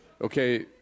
okay